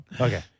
Okay